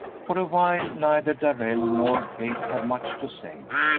for a while neither darrell nor kate had much to say.